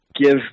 give